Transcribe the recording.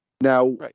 now